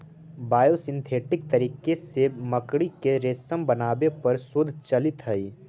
biosynthetic तरीका से मकड़ी के रेशम बनावे पर शोध चलित हई